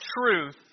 truth